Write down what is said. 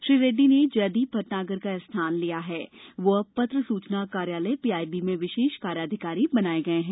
श्री रेड़डी ने जयदीप भटनागर का स्थान लिया है वे अब पत्र स्चना कार्यालय पीआईबी में विशेष कार्याधिकारी बनाए गए हैं